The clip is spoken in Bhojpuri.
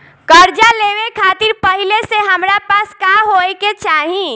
कर्जा लेवे खातिर पहिले से हमरा पास का होए के चाही?